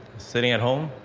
sitting at home,